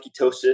ketosis